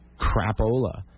crapola